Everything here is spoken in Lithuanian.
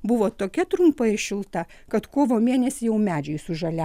buvo tokia trumpa ir šilta kad kovo mėnesį jau medžiai sužalia